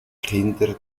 kinder